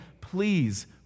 please